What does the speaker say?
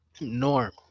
Norm